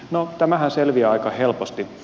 no tämähän selviää aika helposti